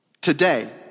today